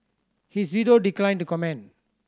his widow declined to comment